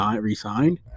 re-signed